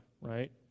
right